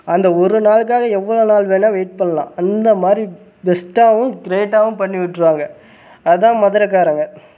அந்த ஒரு நாளுக்காக எவ்வளோ நாள் வேணால் வெயிட் பண்ணலாம் அந்த மாதிரி பெஸ்ட்டாகவும் க்ரேட்டாகவும் பண்ணி விட்ருவாங்க அதுதான் மதுரைக்காரங்க